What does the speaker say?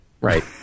Right